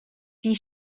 die